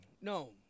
No